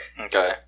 Okay